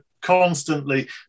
constantly